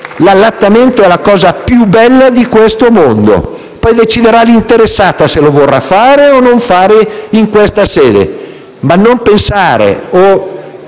l'allattamento è la cosa più bella di questo mondo, poi deciderà l'interessata se vorrà farlo o non farlo in questa sede, ma non pensare o